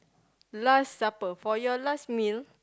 last supper for your last meal